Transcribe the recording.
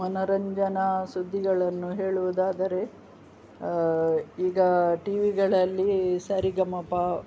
ಮನೋರಂಜನಾ ಸುದ್ದಿಗಳನ್ನು ಹೇಳುವುದಾದರೆ ಈಗ ಟಿ ವಿಗಳಲ್ಲಿ ಸರಿಗಮಪ